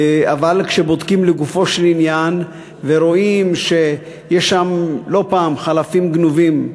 אבל כשבודקים לגופו של עניין רואים שיש שם לא פעם חלפים גנובים,